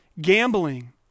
gambling